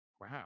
wow